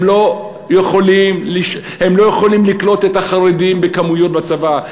הם לא יכולים לקלוט את החרדים בכמויות בצבא,